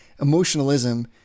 emotionalism